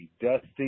Dusty